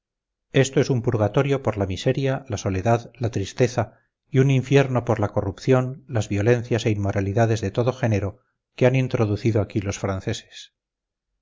esto es un purgatorio por la miseria la soledad la tristeza y un infierno por la corrupción las violencias e inmoralidades de todo género que han introducido aquí los franceses